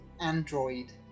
android